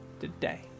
today